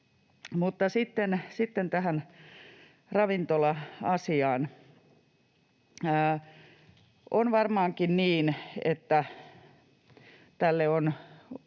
sitten tähän ravintola-asiaan. On varmaankin niin, että tälle on